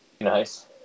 Nice